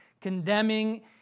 condemning